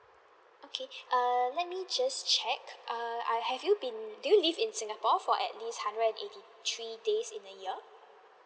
okay err let me just check err I have you been do you live in singapore for at least hundred and eighty three days in a year